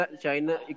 China